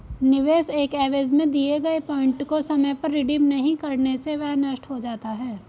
निवेश के एवज में दिए गए पॉइंट को समय पर रिडीम नहीं करने से वह नष्ट हो जाता है